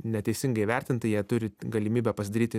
neteisingai įvertinta jei turite galimybę pasidaryti